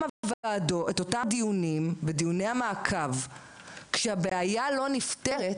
הדיונים ובדיוני המעקב כשהבעיה לא נפתרת,